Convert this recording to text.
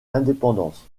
l’indépendance